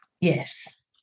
Yes